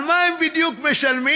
על מה בדיוק הם משלמים?